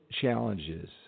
challenges